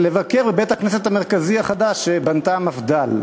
ויבקר בבית-הכנסת המרכזי החדש שבנתה המפד"ל.